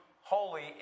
holy